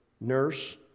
nurse